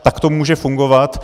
Tak to může fungovat.